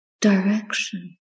direction